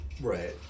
Right